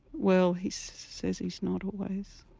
well he says he's not always,